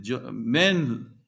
Men